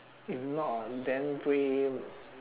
if not then play